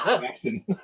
Jackson